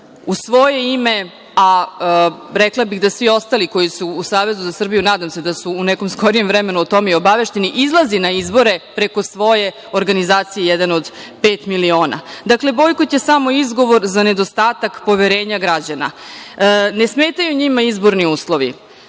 u svoje ime, a rekla bih da svi ostali koji su u Savezu za Srbiju, nadam se da su u skorije vreme i obavešteni, izlazi na izbore preko svoje organizacije „Jedan od pet miliona“. Dakle, bojkot je samo izgovor za nedostatak poverenja građana. Ne smetaju njima izborni uslovi.